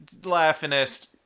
Laughingest